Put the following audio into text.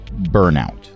burnout